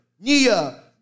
Nia